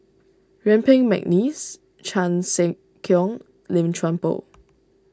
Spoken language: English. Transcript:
Yuen Peng McNeice Chan Sek Keong Lim Chuan Poh